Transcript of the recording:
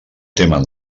temen